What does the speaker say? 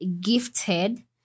gifted